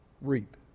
reap